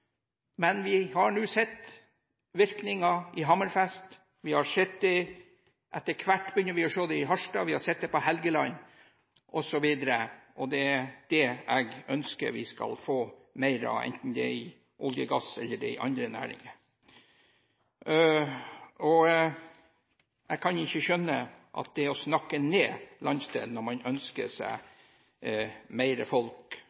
Vi har nå sett virkninger i Hammerfest, etter hvert begynner vi å se det i Harstad, vi har sett det på Helgeland, osv., og det er det jeg ønsker vi skal få mer av, enten det er i olje, gass eller andre næringer. Jeg kan ikke skjønne at det er å snakke ned landsdelen at man ønsker seg mer folk